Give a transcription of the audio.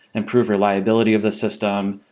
improve reliability of the system,